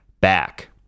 back